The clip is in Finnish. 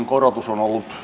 korotus on ollut